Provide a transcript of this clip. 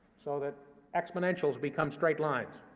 so that exponentials become straight lines.